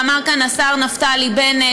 ואמר כאן השר נפתלי בנט,